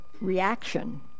reaction